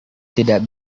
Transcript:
tidak